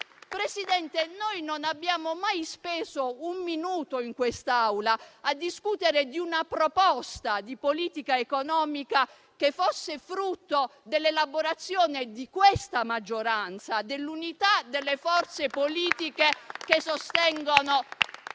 Presidente, non abbiamo mai speso un minuto in quest'Aula a discutere di una proposta di politica economica che fosse frutto dell'elaborazione di questa maggioranza, dell'unità delle forze politiche che sostengono